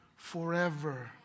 Forever